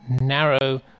narrow